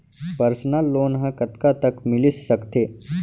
Personal loan ह कतका तक मिलिस सकथे?